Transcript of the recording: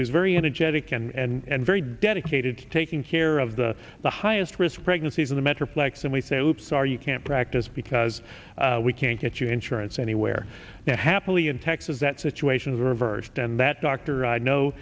who's very energetic and very dedicated to taking care of the the highest risk pregnancies in the metroplex and we say whoops sorry you can't practice because we can't get you insurance anywhere now happily in texas that situation is reversed and that doctor i know